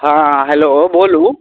हॅं हेलो बोलू